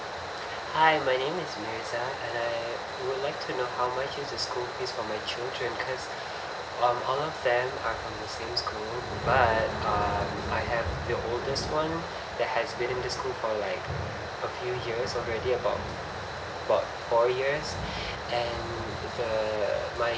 hi my name is mr ang I would like to know how much is the school fees for my children because all of them are from the same school but um I have the oldest one that has been to the school for like a few years already about four years and err my